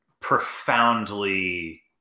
profoundly